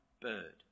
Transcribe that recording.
bird